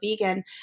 vegan